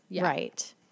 Right